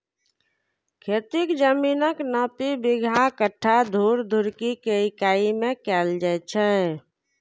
खेतीक जमीनक नापी बिगहा, कट्ठा, धूर, धुड़की के इकाइ मे कैल जाए छै